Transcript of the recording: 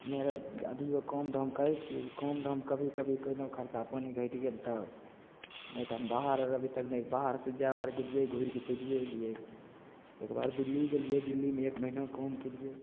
हमे आर अभी काम धाम करय छियै काम धाम कभी कभी कयलहुँ खर्चा पानि घटि गेल तब नहि तऽ हम बाहर अभी तक नहि बाहरसँ जाइ बेर गेलियै घुरिकऽ चलिये अयलियै एकबार दिल्ली गेलियै दिल्लीमे एक महीना काम कयलियै